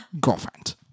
girlfriend